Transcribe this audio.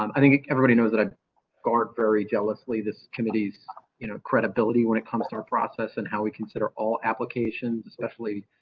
um i think everybody knows that. i've guard very jealously. this committee's you know credibility when it comes to our process and how we consider all applications, especially.